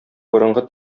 борынгы